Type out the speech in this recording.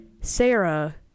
Sarah